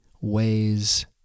ways